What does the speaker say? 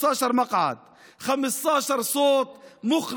15 מושבים, 15 קולות